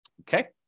okay